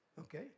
Okay